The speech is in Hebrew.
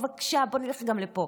בבקשה, בוא נלך גם לפה,